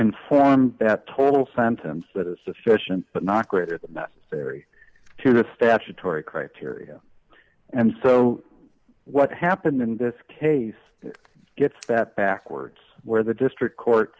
conform that total sentence that is sufficient but not greater than necessary to the statutory criteria and so what happened in this case gets that backwards where the district court